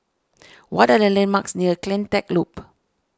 what are the landmarks near CleanTech Loop